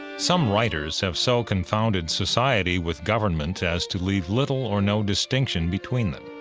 some writers have so confounded society with government as to leave little or no distinction between them,